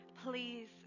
Please